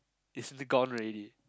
it's gone already